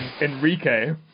Enrique